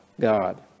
God